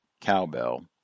cowbell